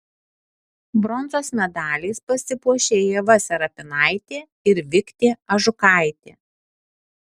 bronzos medaliais pasipuošė ieva serapinaitė ir viktė ažukaitė